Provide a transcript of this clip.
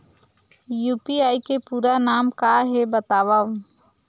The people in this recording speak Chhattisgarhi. यू.पी.आई के पूरा नाम का हे बतावव?